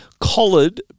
collared